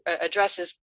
addresses